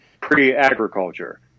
pre-agriculture